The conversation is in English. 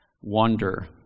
wonder